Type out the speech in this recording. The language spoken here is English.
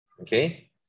okay